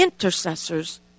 intercessors